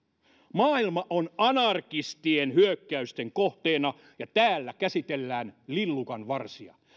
maailma on anarkistien hyökkäysten kohteena ja täällä käsitellään lillukanvarsia